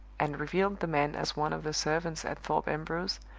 and revealed the man as one of the servants at thorpe ambrose,